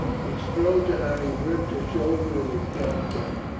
he strode to her and gripped her shoulder in his dark hand.